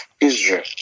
Israel